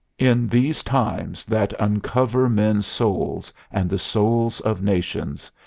in these times that uncover men's souls and the souls of nations,